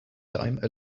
time